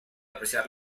apreciar